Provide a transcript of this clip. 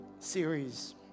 Series